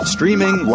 Streaming